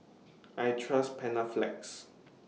I Trust Panaflex